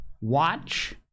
Watch